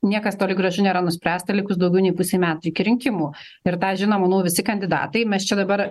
niekas toli gražu nėra nuspręsta likus daugiau nei pusei metų iki rinkimų ir tą žino manau visi kandidatai mes čia dabar